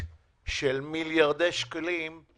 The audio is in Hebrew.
כפועל יוצא יש סיכוי סביר,